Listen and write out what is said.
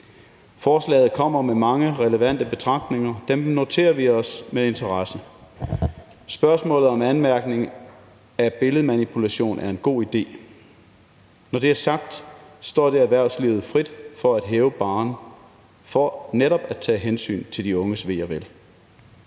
Forslaget kommer med mange relevante betragtninger. Det noterer vi os med interesse. Spørgsmålet om anmærkning af billedmanipulation er en god idé. Når det er sagt, står det erhvervslivet frit for at hæve barren for netop at tage hensyn til de unges ve og vel.